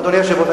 אדוני היושב-ראש,